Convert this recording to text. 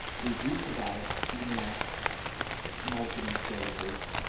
we do provide email marketing services